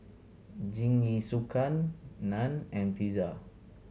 Jingisukan Naan and Pizza